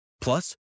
Plus